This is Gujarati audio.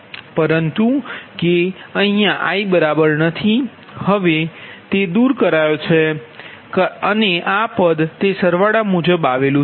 પરંતુ k≠i હવે દૂર કરાયો છે કારણ કે આ પદ સરવાડા મુજબ આવ્યા